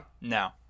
no